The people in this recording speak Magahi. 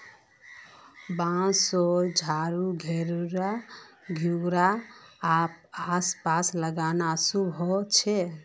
बांसशेर झाड़ घरेड आस पास लगाना शुभ ह छे